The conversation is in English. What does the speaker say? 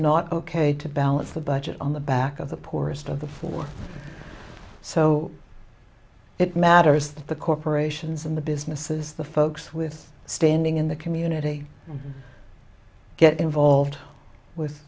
not ok to balance the budget on the back of the poorest of the four so it matters that the corporations and the businesses the folks with standing in the community get involved with